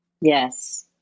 Yes